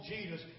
Jesus